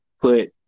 Put